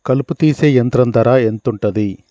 కలుపు తీసే యంత్రం ధర ఎంతుటది?